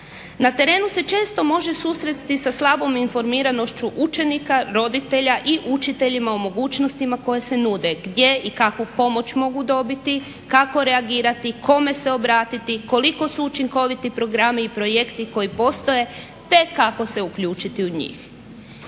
Na terenu se često može susresti sa slabom informiranošću učenika, roditelja i učiteljima o mogućnosti koje se nude, gdje i kakvu pomoć mogu dobiti, kako reagirati, kome se obratiti, koliko su učinkoviti programi i projekti koji postoje te kako se uključiti u njih.